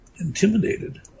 Intimidated